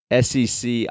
SEC